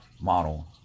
model